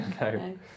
no